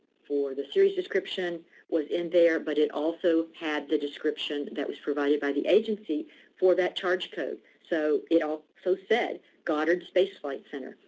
for the series description was in there. but it also had the description that was provided by the agency for that charge code. so it also so said, goddard space flight center.